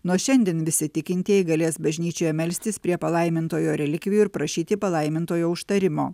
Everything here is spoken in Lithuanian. nuo šiandien visi tikintieji galės bažnyčioje melstis prie palaimintojo relikvijų ir prašyti palaimintojo užtarimo